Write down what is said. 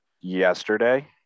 yesterday